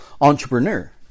entrepreneur